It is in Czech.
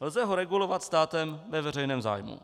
Lze ho regulovat státem ve veřejném zájmu.